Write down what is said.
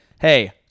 hey